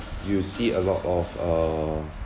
you would see a lot of uh